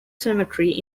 cemetery